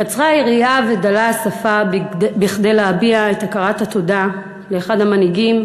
קצרה היריעה ודלה השפה מכדי להביע את הכרת התודה לאחד המנהיגים